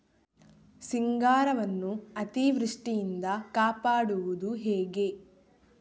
ಸಿಂಗಾರವನ್ನು ಅತೀವೃಷ್ಟಿಯಿಂದ ಕಾಪಾಡುವುದು ಹೇಗೆ?